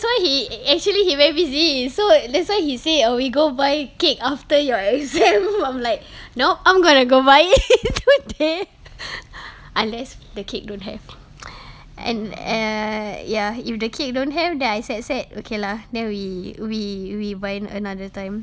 that's why he a~ actually he very busy so that's why he say uh we go buy cake after your exam I'm like nope I'm gonna go but it today unless the cake don't have an e~ ya if the cake don't have then I said sad okay lah then we we we buy another time